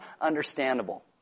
understandable